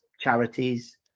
charities